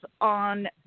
on